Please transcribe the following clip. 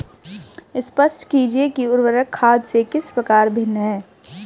स्पष्ट कीजिए कि उर्वरक खाद से किस प्रकार भिन्न है?